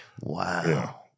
Wow